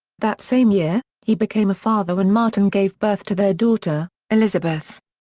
that same year, he became a father when marton gave birth to their daughter, elizabeth.